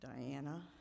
Diana